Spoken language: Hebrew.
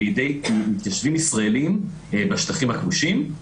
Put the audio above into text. בידי מתיישבים ישראלים בשטחים הכבושים,